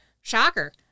Shocker